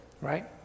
Right